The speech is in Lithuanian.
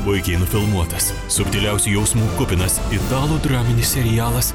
puikiai nufilmuotas subtiliausių jausmų kupinas italų draminis serialas